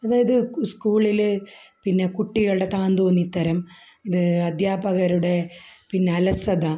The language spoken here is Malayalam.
അതായത് സ്കൂളിൽ പിന്നെ കുട്ടികളുടെ താന്തോന്നിത്തരം അത് അധ്യാപകരുടെ പിന്നെ അലസത